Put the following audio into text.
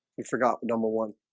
he forgot the number one